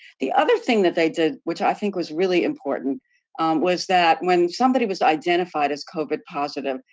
the other thing that they did, which i think was really important was that when somebody was identified as covid positive,